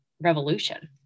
revolution